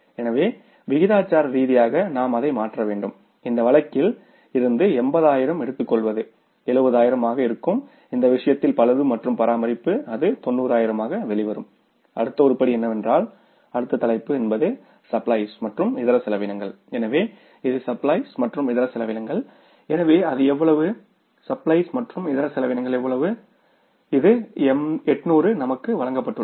எனவே விகிதாசார ரீதியாக நாம் அதை மாற்ற வேண்டும் இந்த வழக்கில் இருந்து 80000 ஆயிரம் எடுத்துக்கொள்வது 70000 ஆக இருக்கும் இந்த விஷயத்தில் பழுது மற்றும் பராமரிப்பு அது 90000 ஆக வெளிவரும் அடுத்த உருப்படி என்னவென்றால் அடுத்த தலைப்பு என்பது சப்ளைஸ் மற்றும் இதரசெலவினங்கள் எனவே இது சப்ளைஸ் மற்றும் இதரசெலவினங்கள் எனவே அது எவ்வளவு சப்ளைஸ் மற்றும் இதரசெலவினங்கள் எவ்வளவு இது 800 நமக்கு வழங்கப்படுகிறது